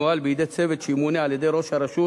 ינוהל בידי צוות שימונה על-ידי ראש הרשות.